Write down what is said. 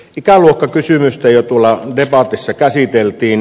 ikäluokkakysymystä jo tuolla debatissa käsiteltiin